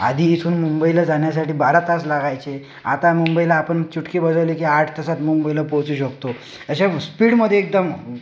आधी इथून मुंबईला जाण्यासाठी बारा तास लागायचे आता मुंबईला आपण चुटकी वाजवली की आठ तासात मुंबईला पोहोचू शकतो अशा स्पीडमध्ये एकदम